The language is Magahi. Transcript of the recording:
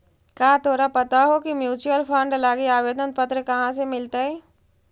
का तोरा पता हो की म्यूचूअल फंड लागी आवेदन पत्र कहाँ से मिलतई?